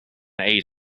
aid